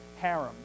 harem